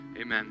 Amen